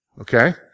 okay